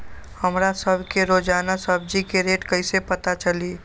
हमरा सब के रोजान सब्जी के रेट कईसे पता चली?